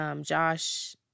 Josh